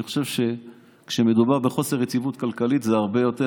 אני חושב שכשמדובר בחוסר יציבות כלכלית זה הרבה יותר,